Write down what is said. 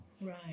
Right